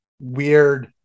weird